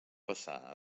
passar